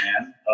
man